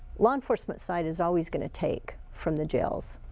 law enforcement side is always going to take from the jails.